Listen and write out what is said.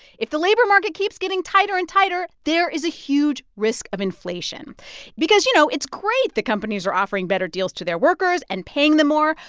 if the labor market keeps getting tighter and tighter, there is a huge risk of inflation because, you know, it's great the companies are offering better deals to their workers and paying them more,